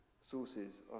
sources